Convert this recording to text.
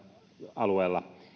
alueella